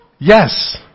yes